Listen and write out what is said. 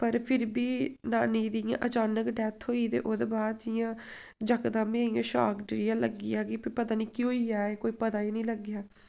पर फिर बी नानी जी दी इ'यां अचानक डैत्थ होई गेई ते ओह्दे बाद जि'यां यकदम गै इ'यां शाक जन जेहा लग्गी गेआ एह् पता निं केह् होई आ पता गै निं लग्गेआ